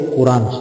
Quran